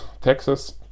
Texas